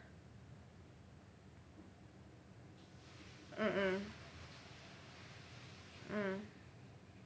mmhmm mm